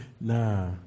nah